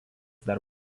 dar